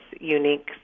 unique